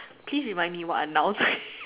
please remind me what are nouns